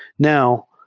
now,